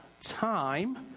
time